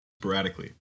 sporadically